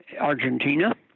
Argentina